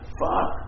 fuck